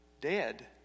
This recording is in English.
dead